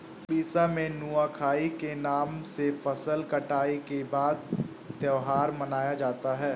उड़ीसा में नुआखाई के नाम से फसल कटाई के बाद त्योहार मनाया जाता है